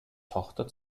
tochter